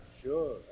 Sure